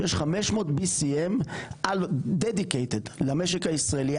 שיש BCM500 על dedicated למשק הישראלי.